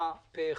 הצבעה בעד,